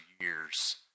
years